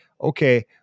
okay